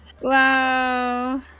Wow